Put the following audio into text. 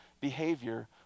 behavior